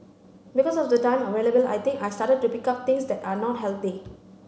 because of the time available I think I started to pick up things that are not healthy